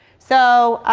so